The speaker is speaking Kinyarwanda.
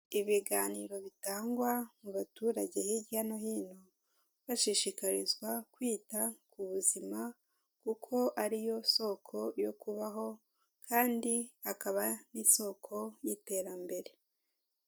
Ibiganiro bitangwa mu baturage hirya no hino, bashishikarizwa kwita ku buzima, kuko ari yo soko yo kubaho kandi akaba n'isoko y'iterambere.